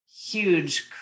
huge